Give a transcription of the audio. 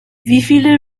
viele